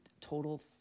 total